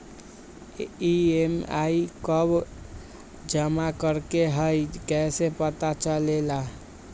EMI कव जमा करेके हई कैसे पता चलेला?